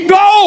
go